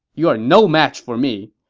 you're no match for me.